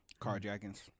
Carjackings